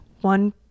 One